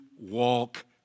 walk